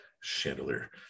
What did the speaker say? chandelier